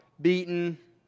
beaten